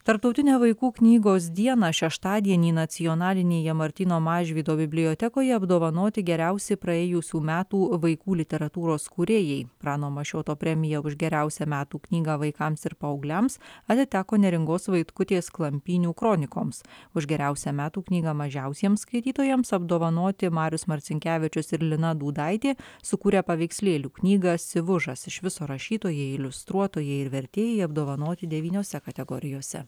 tarptautinę vaikų knygos dieną šeštadienį nacionalinėje martyno mažvydo bibliotekoje apdovanoti geriausi praėjusių metų vaikų literatūros kūrėjai prano mašioto premija už geriausią metų knygą vaikams ir paaugliams atiteko neringos vaitkutės klampynių kronikoms už geriausią metų knygą mažiausiems skaitytojams apdovanoti marius marcinkevičius ir lina dūdaitė sukūrę paveikslėlių knygą sivužas iš viso rašytojai iliustruotojai ir vertėjai apdovanoti devyniose kategorijose